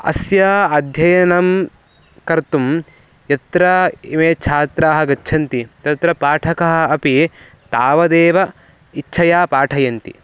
अस्य अध्ययनं कर्तुं यत्र इमे छात्राः गच्छन्ति तत्र पाठकाः अपि तावदेव इच्छया पाठयन्ति